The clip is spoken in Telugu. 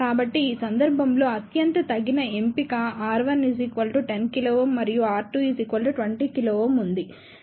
కాబట్టి ఈ సందర్భంలో అత్యంత తగిన ఎంపిక R1 10 kΩ మరియు R2 20 kΩ ఉంది